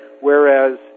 Whereas